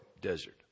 desert